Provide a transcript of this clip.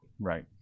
right